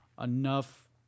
enough